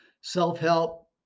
self-help